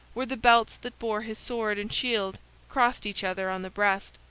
where the belts that bore his sword and shield crossed each other on the breast.